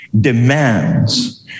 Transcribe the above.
demands